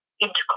intercourse